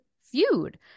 feud